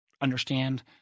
understand